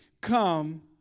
come